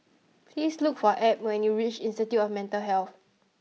please look for Abb when you reach Institute of Mental Health